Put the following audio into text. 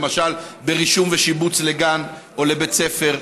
למשל ברישום ושיבוץ לגן או לבית ספר,